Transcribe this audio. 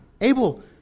Abel